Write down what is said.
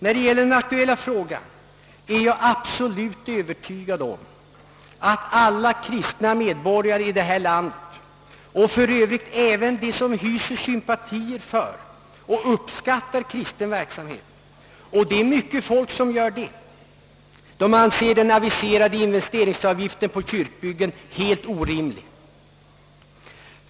När det gäller den aktuella frågan är jag absolut övertygad om att alla kristna medborgare i detta land och för övrigt även de som hyser sympatier för och uppskattar kristen verksamhet — och det är mycket folk som gör det — anser den aviserade investeringsavgiften på kyrkbyggen helt orimlig.